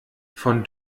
von